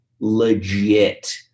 legit